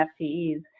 FTEs